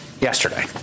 yesterday